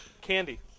candy